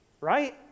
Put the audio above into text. Right